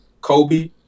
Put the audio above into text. Kobe